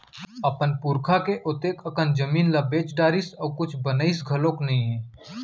अपन पुरखा के ओतेक अकन जमीन ल बेच डारिस अउ कुछ बनइस घलोक नइ हे